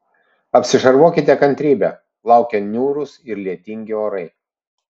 apsišarvuokite kantrybe laukia niūrūs ir lietingi orai